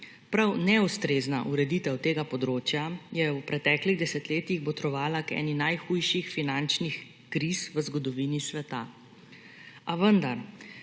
Prav neustrezna ureditev tega področja je v preteklih desetletjih botrovala eni najhujših finančnih kriz v zgodovini sveta. A vendar,